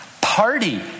party